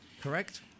Correct